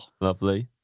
lovely